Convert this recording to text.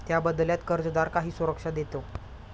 त्या बदल्यात कर्जदार काही सुरक्षा देतो